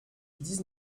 dix